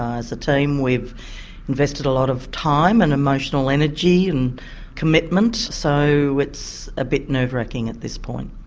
as a team we've invested a lot of time and emotional energy and commitment, so it's a bit nerve-racking at this point.